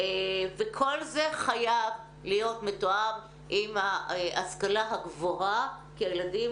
וכל זה חייב להיות מתואם עם ההשכלה הגבוהה כי הילדים